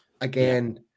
again